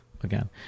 again